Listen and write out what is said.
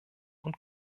und